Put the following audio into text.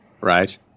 right